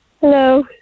Hello